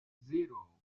zero